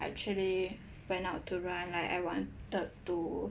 actually went out to run like I wanted to